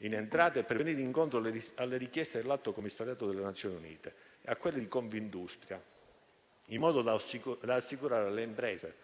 in entrata e per andare incontro alle richieste dell'Alto commissariato delle Nazioni Unite e a quelle di Confindustria, per assicurare alle imprese